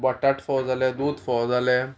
बटाट फोव जाले दूद फोव जाले